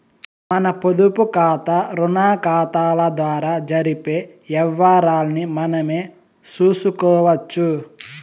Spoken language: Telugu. మన పొదుపుకాతా, రుణాకతాల ద్వారా జరిపే యవ్వారాల్ని మనమే సూసుకోవచ్చు